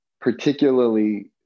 particularly